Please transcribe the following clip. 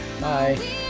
Bye